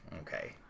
okay